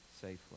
safely